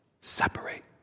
separate